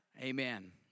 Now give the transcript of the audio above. Amen